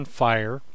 fire